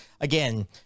again